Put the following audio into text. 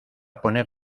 poner